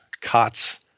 COTS